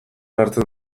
hartzen